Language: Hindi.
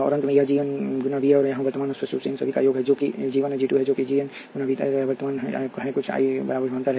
और अंत में यह जी एन गुना वी है और यहां वर्तमान स्पष्ट रूप से इन सभी का योग है जो जी 1 जी 2 है जो जी एन गुना वी तक है तो यह वर्तमान है I कुछ संख्या बार विभवांतर है